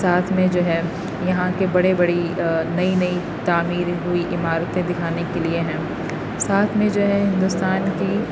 ساتھ میں جو ہے یہاں کے بڑے بڑی نئی نئی تعمیر ہوئی عمارتیں دکھانے کے لیے ہیں ساتھ میں جو ہے ہندوستان کی